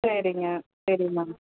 சரிங்க சரிங்க மேம்